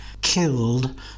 killed